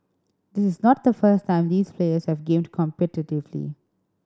this is not the first time these players have gamed competitively